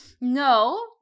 No